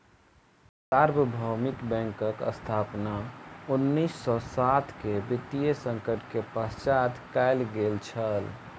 सार्वभौमिक बैंकक स्थापना उन्नीस सौ सात के वित्तीय संकट के पश्चात कयल गेल छल